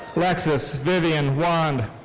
alexis vivian wand.